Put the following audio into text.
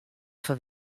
foar